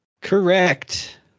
Correct